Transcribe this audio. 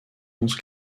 onze